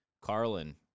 Carlin